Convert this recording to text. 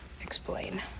explain